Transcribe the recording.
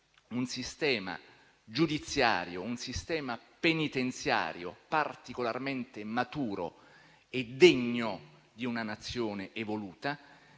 un sistema giudiziario e penitenziario particolarmente maturo e degno di una Nazione evoluta.